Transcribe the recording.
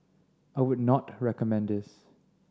I would not recommend this